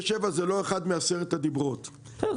זה לא אחד מעשרת הדיברות --- בסדר,